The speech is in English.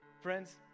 Friends